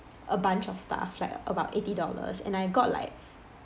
a bunch of stuff like about eighty dollars and I got like